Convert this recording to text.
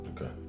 Okay